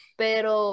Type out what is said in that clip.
pero